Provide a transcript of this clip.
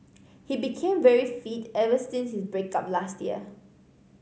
he became very fit ever since his break up last year